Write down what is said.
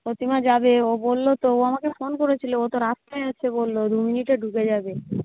প্রতিমা যাবে ও বললো তো ও আমাকে ফোন করেছিল ও তো রাস্তায় আছে বললো দু মিনিটে ঢুকে যাবে